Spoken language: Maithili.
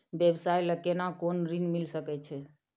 व्यवसाय ले केना कोन ऋन मिल सके छै?